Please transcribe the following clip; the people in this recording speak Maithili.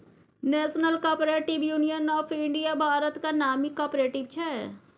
national cooperative union of India भारतक नामी कॉपरेटिव छै